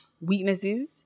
weaknesses